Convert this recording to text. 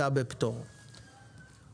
בטיחותיהרכב העצמאי המעורב באירוע,